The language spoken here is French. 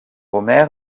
homer